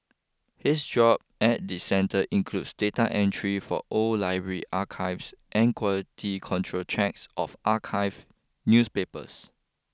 his job at the centre includes data entry for old library archives and quality control checks of archive newspapers